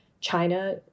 China